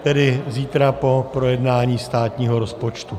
Tedy zítra po projednání státního rozpočtu.